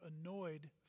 annoyed